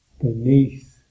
Beneath